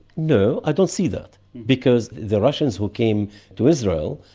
no, i don't see that because the russians who came to israel,